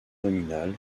nominale